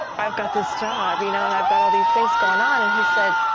i've got this job you know and i've got all these things going on. and he said,